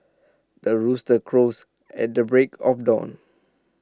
the rooster crows at the break of dawn